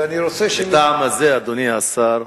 מהטעם הזה, אדוני השר,